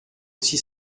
six